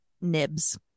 Nibs